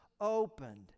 opened